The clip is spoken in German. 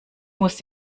muss